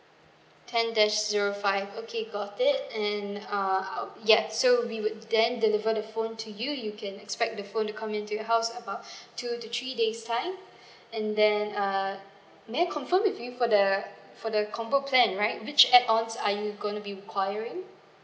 ten dash zero five okay got it and uh yes so we would then deliver the phone to you you can expect the phone to come to your house about two to three days time and then uh may I confirm with you for the for the combo plan right which add on are you going to be requiring